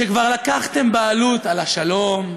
כבר לקחתם בעלות על השלום,